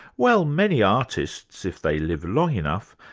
well, many artists, if they live long enough,